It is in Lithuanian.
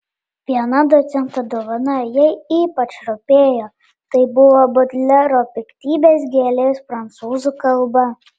viena docento dovana jai ypač rūpėjo tai buvo bodlero piktybės gėlės prancūzų kalba